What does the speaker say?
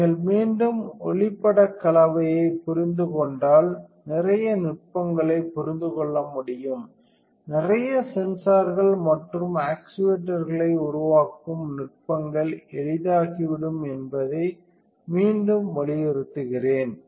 நீங்கள் மீண்டும் ஒளிப்படக் கலையை புரிந்து கொண்டால் நிறைய நுட்பங்களைப் புரிந்து கொள்ள முடியும் நிறைய சென்சார்கள் மற்றும் ஆக்சுவேட்டர்களை உருவாக்கும் நுட்பங்கள் எளிதாகிவிடும் என்பதை மீண்டும் வலியுறுத்துகிறேன்